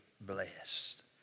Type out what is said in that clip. blessed